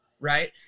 right